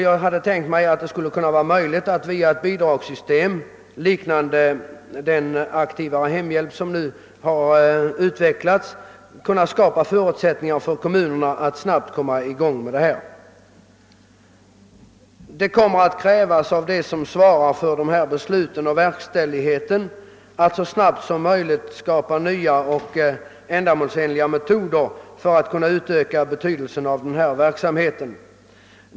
Jag hade tänkt mig att det skulle vara möjligt att genom ett bidragssystem liknande den aktiva sociala hemhjälp som nu utvecklats skapa förutsättningar för kommunerna att hastigt komma i gång med verksamheten på detta område. Av dem som svarar för verkställigheten av besluten kominer alltså att krävas att de så snart som möjligt anvisar nya och ändamålsenliga metoder för att öka verksamheten.